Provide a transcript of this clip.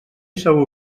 segur